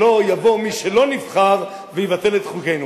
שלא יבוא מי שלא נבחר ויבטל את חוקנו.